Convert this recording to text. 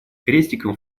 крестиком